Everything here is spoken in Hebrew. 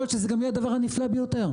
יכול להיות שזה גם יהיה הדבר הנפלא ביותר,